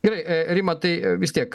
gerai rima tai vis tiek